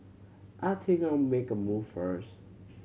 I take a make a move first